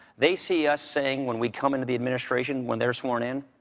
they see us saying, when we come into the administration, when they're sworn in,